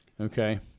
okay